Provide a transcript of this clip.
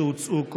ולאור בקשות שעלו,